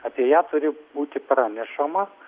apie ją turi būti pranešama